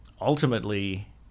ultimately